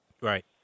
Right